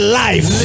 life